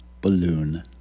Balloon